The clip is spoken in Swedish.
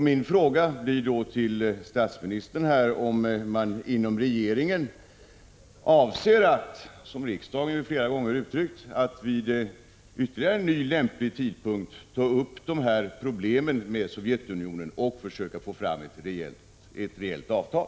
Min fråga till statsministern blir då om man inom regeringen avser att, som riksdagen flera gånger har begärt, vid ytterligare en lämplig tidpunkt ta upp dessa problem med Sovjetunionen och försöka få fram ett reellt avtal.